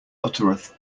uttereth